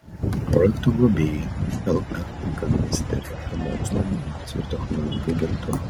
projekto globėjai lr ūkio ministerija ir mokslo inovacijų ir technologijų agentūra